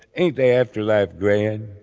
ain't the afterlife grand?